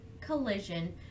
collision